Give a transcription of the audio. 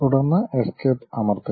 തുടർന്ന് എസ്കേപ്പ് അമർത്തുക